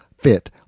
fit